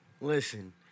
Listen